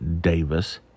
Davis